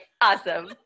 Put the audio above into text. awesome